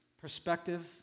perspective